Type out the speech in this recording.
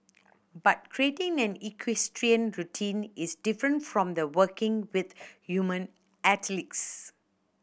but creating an equestrian routine is different from working with human athletes